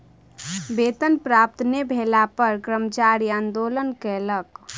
वेतन प्राप्त नै भेला पर कर्मचारी आंदोलन कयलक